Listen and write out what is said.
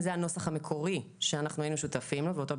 זה הנוסח המקורי שהיינו שותפים לו ואותו ביקשנו.